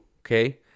okay